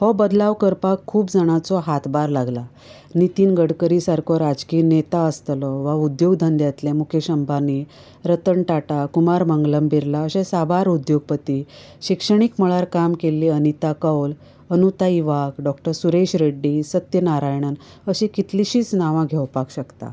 हो बदलांव करपाक खूब जाणांचो हात भार लागला नितिन गडकरी सारको राजकीय नेता आसतलो वा उद्दोग धंद्यांतले मुकेश अंबानी रतन टाटा कुमार मंगलम बिर्ला अशें साबार उद्दोगपती शिक्षणीक मळार काम केल्ले अनिता कौल अनुताई वाघ डॉक्टर सुरेश रेड्डी सत्यनारायणन अशीं कितलिशींच नांवां घेवपाक शकतात